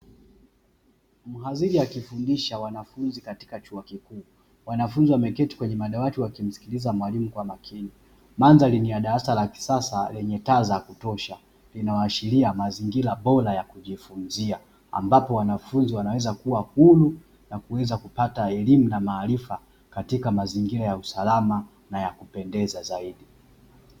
Mhadhiri akifundisha wanafunzi katika chuo kikuu. Wanafunzi wameketi kwenye madawati wakimsikiliza mwalimu kwa makini. Mandhari ni ya darasa la kisasa lenye taa za kutosha, linaloashiria mazingira bora ya kujifunzia, ambapo wanafunzi wanaweza kuwa huru na kuweza kupata elimu na maarifa katika mazingira ya usalama na ya kupendeza zaidi.